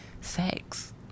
sex